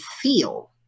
feel